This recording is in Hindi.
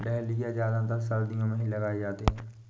डहलिया ज्यादातर सर्दियो मे ही लगाये जाते है